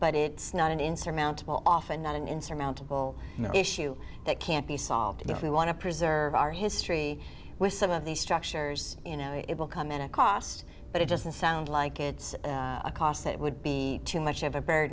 but it's not an insurmountable often not an insurmountable issue that can't be solved if we want to preserve our history with some of these structures you know it will come at a cost but it doesn't sound like it's a cost that would be too much of a